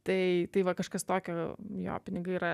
tai tai va kažkas tokio jo pinigai yra